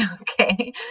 Okay